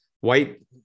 white